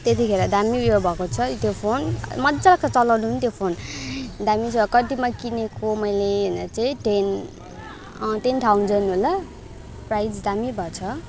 त्यतिखेर दामी ऊ यो भएको छ त्यो फोन मज्जा लाग्छ चलाउनु पनि त्यो फोन दामी छ कतिमा किनेको मैले भन्दा चाहिँ टेन टेन थाउजन्ड होला प्राइज दामी भएछ